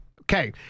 Okay